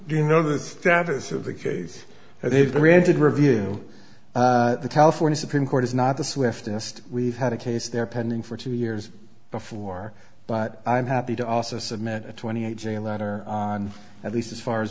do you know the status of the case they've granted review the california supreme court is not the swiftest we've had a case there pending for two years before but i'm happy to also submit a twenty eight jail letter at least as far as